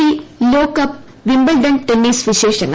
C ലോകകപ്പ് Wimbledon tennis വിശേഷങ്ങൾ